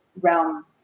realm